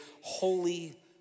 holy